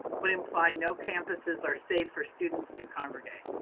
would imply no campuses are safe for students to congregate.